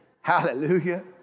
Hallelujah